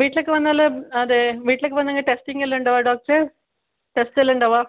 വീട്ടിലേക്ക് വന്നാൽ അതെ വീട്ടിലേക്ക് വന്നെങ്കിൽ ടെസ്റ്റിംഗ് എല്ലാം ഉണ്ടാവുമോ ഡോക്ടറെ ടെസ്റ്റ് എല്ലാം ഉണ്ടാവുമോ